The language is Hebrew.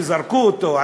זרקו אותו,